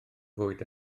fwyd